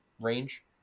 range